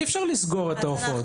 אי אפשר לסגור את העופות.